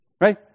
Right